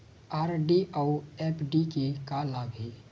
RD अऊ FD के का लाभ हे?